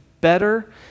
better